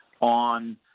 on